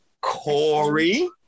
Corey